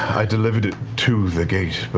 i delivered it to the gate, but